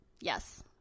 yes